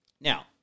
Now